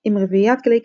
עם רביעיית כלי קשת,